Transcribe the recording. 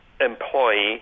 employee